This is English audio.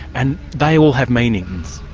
and they all have meanings.